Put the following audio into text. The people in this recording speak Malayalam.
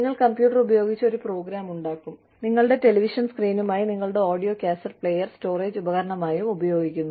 നിങ്ങൾ കമ്പ്യൂട്ടർ ഉപയോഗിച്ച് ഒരു പ്രോഗ്രാം ഉണ്ടാക്കും നിങ്ങളുടെ ടെലിവിഷൻ സ്ക്രീനായും നിങ്ങളുടെ ഓഡിയോ കാസറ്റ് പ്ലേയർ സ്റ്റോറേജ് ഉപകരണമായും ഉപയോഗിക്കുന്നു